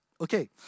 Okay